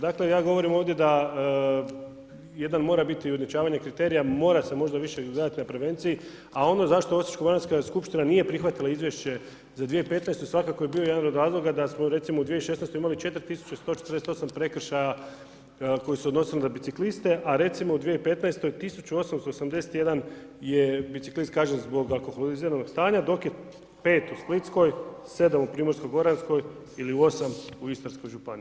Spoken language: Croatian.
Dakle, ja govorim ovdje da jedan moram biti u ujednačavanju kriterija, mora se možda više gledati na prevenciji, a ono za što Osječko-baranjska skupština nije prihvatila izvješće za 2015. svakako je bio jedan od razloga da smo, recimo u 2016. imali 4148 prekršaja koji su se odnosili na bicikliste, a recimo, u 2015. 1881 je biciklist kažnjen zbog alkoholiziranog stanja, dok je 5 u Splitskoj, 7 u Primorsko-goranskoj ili 8 u Istarskoj županiji.